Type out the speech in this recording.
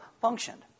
functioned